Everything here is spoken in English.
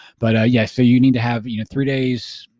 but yeah, so you need to have you know three days,